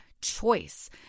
choice